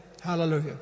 Hallelujah